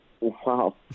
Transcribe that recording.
Wow